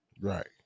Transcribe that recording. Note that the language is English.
Right